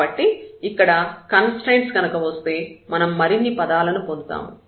కాబట్టి ఇంకొక కన్స్ట్రయిన్ట్ గనుక వస్తే మనం మరికొన్ని పదాలను పొందుతాము